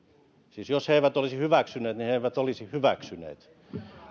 siis jos he eivät olisi hyväksyneet niin he eivät olisi hyväksyneet